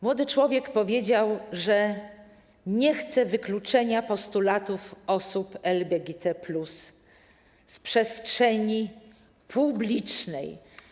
Młody człowiek powiedział, że nie chce wykluczenia postulatów osób LGBT plus z przestrzeni publicznej.